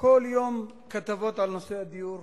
כל יום בכתבות על נושא הדיור,